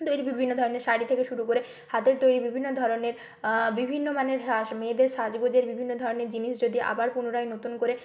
তৈরি বিভিন্ন ধরনের শাড়ি থেকে শুরু করে হাতের তৈরি বিভিন্ন ধরনের বিভিন্ন মানের মেয়েদের সাজগোজের বিভিন্ন ধরনের জিনিস যদি আবার পুনরায় নতুন করে